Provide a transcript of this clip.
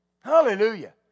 Hallelujah